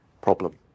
problem